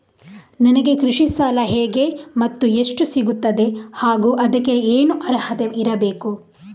ನನಗೆ ಕೃಷಿ ಸಾಲ ಹೇಗೆ ಮತ್ತು ಎಷ್ಟು ಸಿಗುತ್ತದೆ ಹಾಗೂ ಅದಕ್ಕೆ ಏನು ಅರ್ಹತೆ ಇರಬೇಕು?